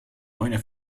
owner